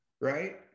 right